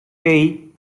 hey